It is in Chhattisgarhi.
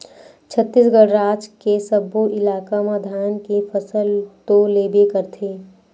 छत्तीसगढ़ राज के सब्बो इलाका म धान के फसल तो लेबे करथे